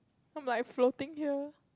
I'm like floating here